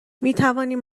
میتوانیم